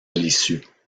l’issue